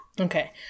okay